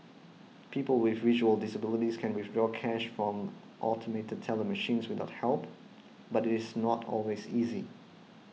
people with visual disabilities can withdraw cash from automated teller machines without help but it is not always easy